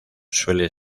suele